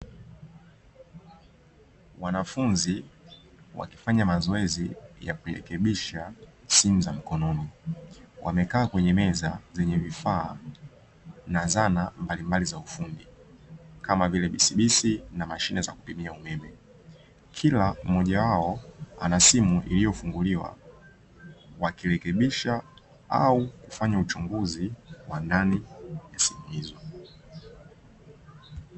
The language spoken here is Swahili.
Wanafunzi wakifanya mazoezi ya kurekebisha simu za mkononi, wamekaa kwenye meza zenye vifaa na zana mbalimbali za ufundi, kama vile bisibisi na mashine za kupimia umeme. Kila mmoja wao ana simu iliyofunguliwa, wakirekebisha au kufanya uchunguzi wa ndani ya simu hizo.